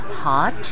hot